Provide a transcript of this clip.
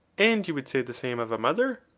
and you would say the same of a mother?